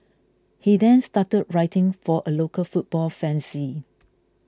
he then started writing for a local football fanzine